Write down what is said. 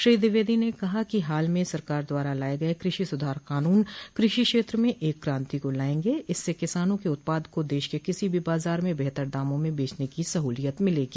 श्री द्विवेदी ने कहा कि हाल में सरकार द्वारा लाये गये कृषि सुधार कानून कृषि क्षेत्र में एक क्रांति को लायेंगे और इससे किसानों के उत्पाद को देश के किसी भी बाजार में बेहतर दामों में बेचने की सहूलियत मिलेगी